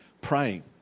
praying